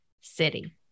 city